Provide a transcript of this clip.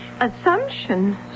Assumption